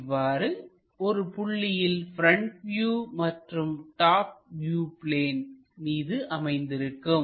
இவ்வாறு ஒரு புள்ளியில் ப்ரெண்ட் வியூ மற்றும் டாப் வியூ பிளேன் மீது அமைந்திருக்கும்